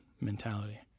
mentality